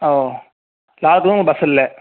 ஆ ஓ ஏதும் பஸ்ஸு இல்லை